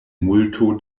multo